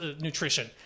nutrition